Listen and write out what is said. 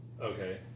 Okay